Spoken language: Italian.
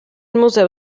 museo